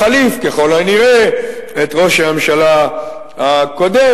מחליף ככל הנראה את ראש הממשלה הקודם,